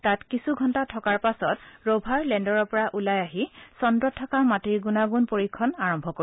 তাত কিছু ঘণ্টাৰ থকাৰ পিছত ৰভাৰ লেণ্ডৰৰ পৰা ওলাই আহি চদ্ৰত থকা মাটিৰ গুণাগুণ পৰীক্ষা কৰা আৰম্ভ কৰিব